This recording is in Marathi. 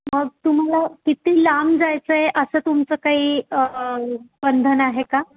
मग तुम्हाला किती लांब जायचं आहे असं तुमचं काही बंधन आहे का